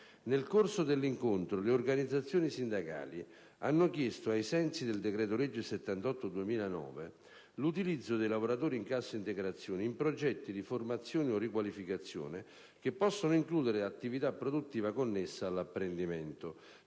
Nel corso dell'incontro le organizzazioni sindacali hanno richiesto, ai sensi del decreto-legge n. 78 del 2009, l'utilizzo dei lavoratori in cassa integrazione in progetti di formazione o riqualificazione, che possono includere attività produttiva connessa all'apprendimento;